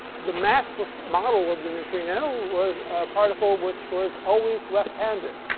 the massless model of the neutrino was a particle which was always left-handed.